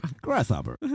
Grasshopper